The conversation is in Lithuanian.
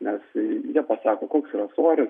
nes jie pasako koks yra svoris